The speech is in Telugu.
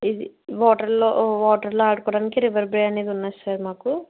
ఇది వాటర్లో వాటర్లో ఆడుకోడానికి రివర్ బే అనేది ఉంది సార్ మాకు